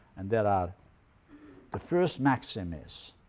and there are the first maxim is,